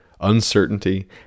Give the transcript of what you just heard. Uncertainty